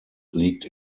liegt